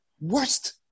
worst